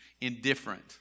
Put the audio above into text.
indifferent